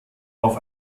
auf